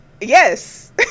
Yes